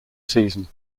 season